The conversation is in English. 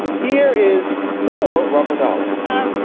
here is more robert dollie i